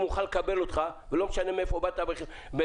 אם הוא מוכן לקבל אותך ולא משנה מאיפה הגעת מהארץ,